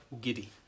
giddy